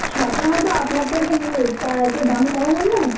সব সময় তো আপনার থেকে নিই তা একটু দাম কমাবেন না